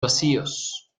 vacíos